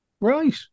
Right